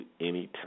anytime